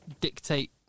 dictate